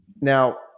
Now